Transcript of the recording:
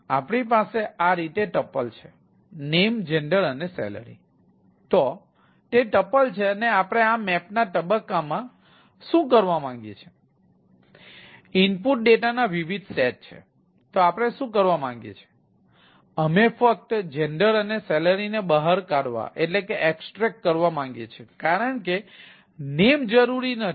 અમારી પાસે આ રીતે ટપલ માંગીએ છીએ કારણ કે name જરૂરી નથી